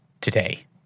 today